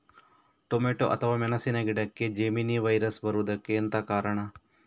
Tomato ಅಥವಾ ಮೆಣಸಿನ ಗಿಡಕ್ಕೆ ಜೆಮಿನಿ ವೈರಸ್ ಬರುವುದಕ್ಕೆ ಎಂತ ಕಾರಣ?